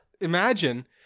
imagine